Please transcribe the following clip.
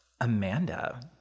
Amanda